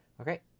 Okay